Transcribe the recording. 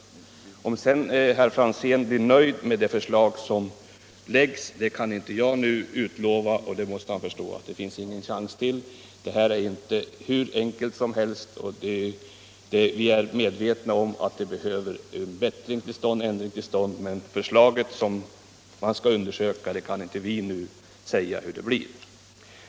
Att herr Franzén blir nöjd med det förslag som kommer kan jag inte nu utlova, och han måste förstå att det inte finns någon chans till det; det här är ju inte hur enkelt som helst. Vi är medvetna om att en ändring behöver komma till stånd, men vi kan inte nu säga hur förslaget kommer att se ut.